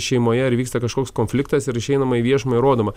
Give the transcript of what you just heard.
šeimoje ar vyksta kažkoks konfliktas ir išeinama į viešumą ir rodoma